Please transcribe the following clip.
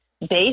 based